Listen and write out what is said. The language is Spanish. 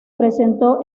presentó